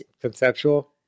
Conceptual